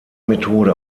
methode